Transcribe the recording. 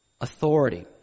authority